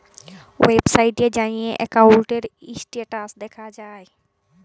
ওয়েবসাইটে যাঁয়ে একাউল্টের ইস্ট্যাটাস দ্যাখা যায়